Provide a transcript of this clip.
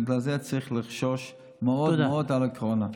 לכן צריך לחשוש מאוד מאוד מהקורונה.